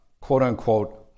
quote-unquote